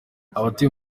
abatuye